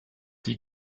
die